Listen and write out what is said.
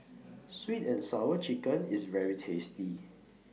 Sweet and Sour Chicken IS very tasty